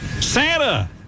Santa